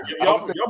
Y'all